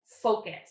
focus